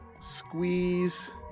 squeeze